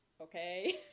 okay